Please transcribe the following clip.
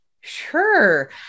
Sure